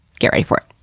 get ready for it.